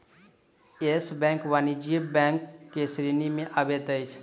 yes Bank वाणिज्य bank के श्रेणी में अबैत अछि